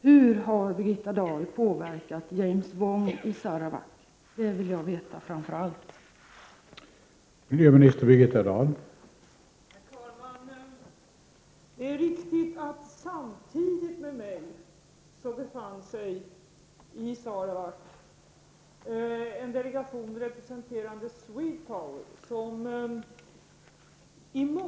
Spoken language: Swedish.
Hur har Birgitta Dahl påverkat James Wong i Sarawak? Det vill jag framför allt veta.